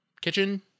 kitchen